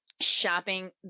shopping